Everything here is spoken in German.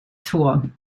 tor